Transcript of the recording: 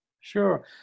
sure